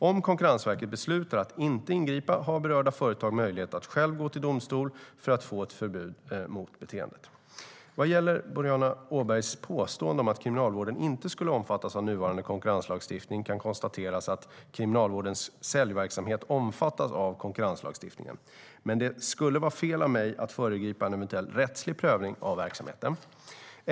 Om Konkurrensverket beslutar att inte ingripa har berörda företag möjlighet att själva gå till domstol för att få ett förbud mot beteendet. Vad gäller Boriana Åbergs påstående att Kriminalvården inte skulle omfattas av nuvarande konkurrenslagstiftning kan det konstateras att Kriminalvårdens säljverksamhet omfattas av konkurrenslagstiftningen, men det skulle vara fel av mig att föregripa en eventuell rättslig prövning av verksamheten.